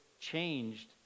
changed